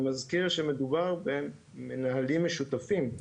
אני מזכיר שמדובר במנהלים משותפים,